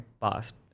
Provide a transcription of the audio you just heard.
past